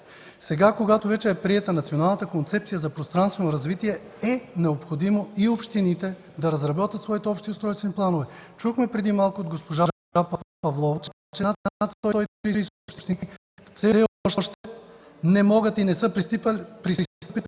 Сега, когато вече е приета Националната концепция за пространствено развитие, е необходимо и общините да разработят своите общи устройствени планове. Преди малко чухме от госпожа Павлова, че над 130 общини все още не могат и не са пристъпили към тази